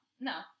no